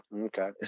okay